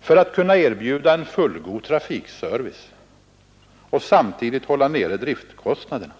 för att kunna erbjuda en fullgod trafikservice och samtidigt hålla nere driftkostnaderna.